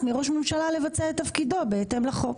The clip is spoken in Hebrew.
מראש ממשלה לבצע את תפקידו בהתאם לחוק.